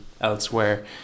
elsewhere